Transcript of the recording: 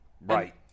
Right